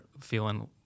feeling